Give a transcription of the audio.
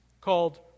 called